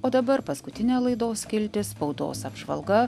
o dabar paskutinė laidos skiltis spaudos apžvalga